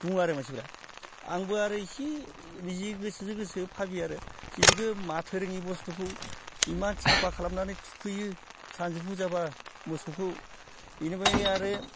बुङो आरो मानसिफोरा आंबो आरो एसे निजि गोसोजो गोसो भाबियो आरो जिहेतुके माथो रोङि बस्थुखौ इमान साफा खालामनानै थुखैयो सानजौफु जाब्ला मोसौखौ इनिफ्राय आरो